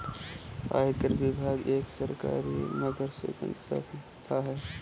आयकर विभाग एक सरकारी मगर स्वतंत्र संस्था है